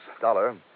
Dollar